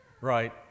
right